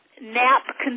Nap